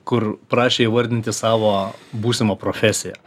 kur prašė įvardinti savo būsimą profesiją